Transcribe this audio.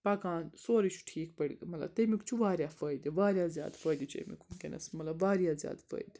پَکان سورُے چھُ ٹھیٖک پٲٹھۍ مطلب تَمیُک چھُ واریاہ فٲیدٕ واریاہ زیادٕ فٲیدٕ چھُ اَمیُک وٕنۍکٮ۪نَس مطلب واریاہ زیادٕ فٲیدٕ